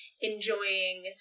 enjoying